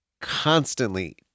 constantly